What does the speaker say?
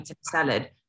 salad